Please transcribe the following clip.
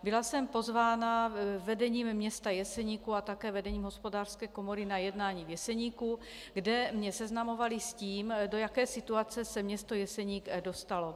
Byla jsem pozvána vedením města Jeseníku a také vedením hospodářské komory na jednání v Jeseníku, kde mě seznamovali s tím, do jaké situace se město Jeseník dostalo.